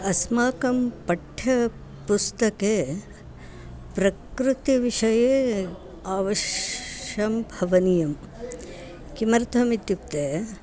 अस्माकं पाठ्यपुस्तके प्रकृतिविषये अवश्यं भवनीयं किमर्थम् इत्युक्ते